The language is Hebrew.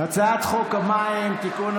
הצעת חוק המים (תיקון,